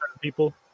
people